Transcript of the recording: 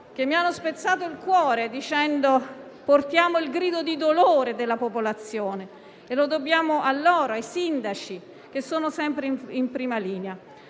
che mi ha spezzato il cuore, portando il grido di dolore della popolazione. Lo dobbiamo a loro, ai sindaci, che sono sempre in prima linea.